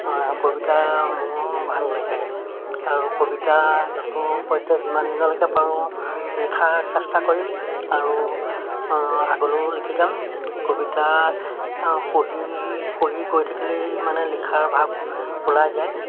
কবিতা মোৰ ভাল লাগে আৰু কবিতা যতুপধ্যে যিমান দিনলৈকে পাৰোঁ লিখাৰ চেষ্টা কৰিম আৰু আগলৈও লিখি যাম কবিতা পঢ়ি পঢ়ি গৈ থাকিলেই মানে লিখাৰ ভাব ওলাই যায়